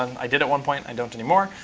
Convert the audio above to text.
um i did at one point. i don't anymore.